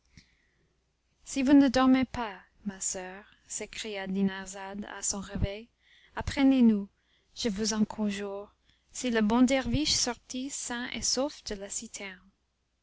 si vous ne dormez pas ma soeur s'écria dinarzade à son réveil apprenez nous je vous en conjure si le bon derviche sortit sain et sauf de la